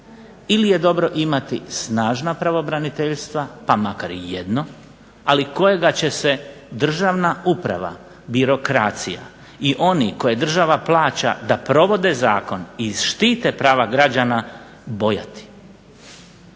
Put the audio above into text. ili je dobro imati snažna pravobraniteljstva pa makar i jedno, ali kojega će državna uprava, birokracija i oni koje država plaća da provode zakon i štite prava građana bojati.